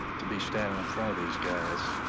to be standing in front of these guys,